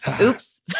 oops